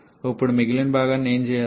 ఇప్పుడు మిగిలిన భాగాన్ని ఏమి చేయాలి